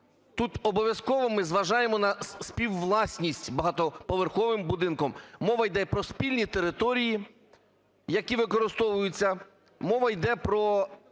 Тут обов'язково ми зважаємо на співвласність багатоповерховим будинком. Мова йде про спільні території, які використовуються, мова йде про